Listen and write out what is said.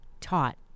taught